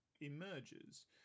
emerges